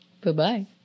Goodbye